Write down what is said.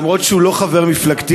אף שהוא לא חבר מפלגתי,